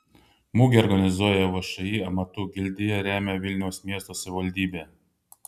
mugę organizuoja všį amatų gildija remia vilniaus miesto savivaldybė